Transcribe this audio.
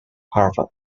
harvard